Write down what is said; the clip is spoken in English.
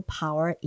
power